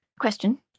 question